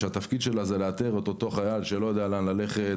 שהתפקיד שלה זה לאתר את אותו חייל שמסתבך ולא יודע לאן ללכת.